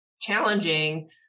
challenging